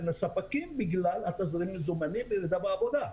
לספקים בגלל תזרים המזומנים וירידה בעבודה,